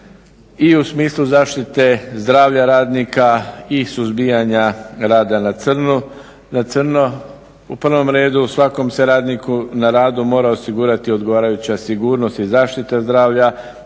i u smislu zaštite zdravlja radnika i suzbijanja rada na crno? U prvom radu svakom se radniku na radu mora osigurati odgovarajuća sigurnost i zaštita zdravlja